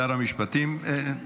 שר המשפטים?